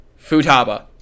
Futaba